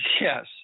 Yes